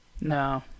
No